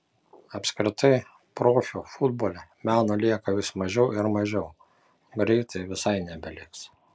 apskritai profių futbole meno lieka vis mažiau ir mažiau o greitai visai nebeliks